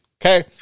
Okay